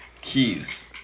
Keys